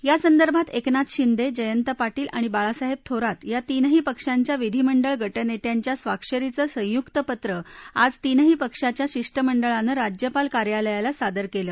यासंदर्भात एकनाथ शिंदे जयंत पाटील आणि बाळासाहेब थोरात या तीनही पक्षांच्या विधीमंडळ गटनेत्यांच्या स्वाक्षरीच संयुक्त पत्र आज तिनही पक्षाच्या शिष्टमंडळानं राज्यपाल कार्यालयाला सादर केलं